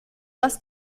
was